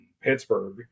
Pittsburgh